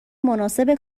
مناسب